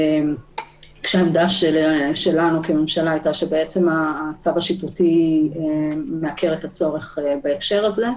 כשהעמדה שלנו כממשלה הייתה שהצו השיפוטי בעצם מעקר את הצורך בהקשר הזה.